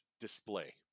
display